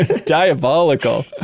Diabolical